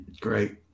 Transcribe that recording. Great